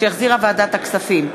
שהחזירה ועדת הכספים.